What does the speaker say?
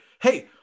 Hey